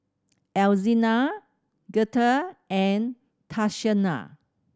Alzina Girtha and Tatiana